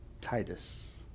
Titus